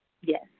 Yes